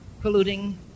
polluting